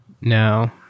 No